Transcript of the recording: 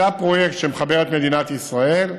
זה הפרויקט שמחבר את מדינת ישראל,